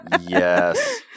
Yes